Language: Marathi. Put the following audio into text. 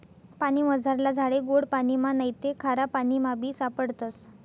पानीमझारला झाडे गोड पाणिमा नैते खारापाणीमाबी सापडतस